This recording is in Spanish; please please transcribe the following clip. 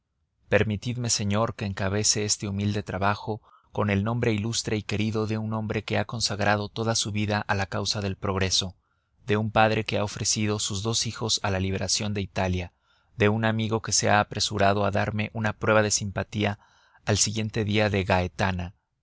permitidme señor que encabece este humilde trabajo con el nombre ilustre y querido de un hombre que ha consagrado toda su vida a la causa del progreso de un padre que ha ofrecido sus dos hijos a la liberación de italia de un amigo que se ha apresurado a darme una prueba de simpatía al siguiente día de gaetana